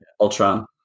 Ultron